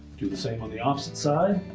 do the same on the opposite side.